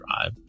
drive